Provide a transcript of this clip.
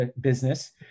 business